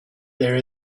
there